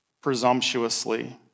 presumptuously